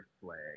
flag